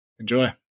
Enjoy